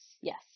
Yes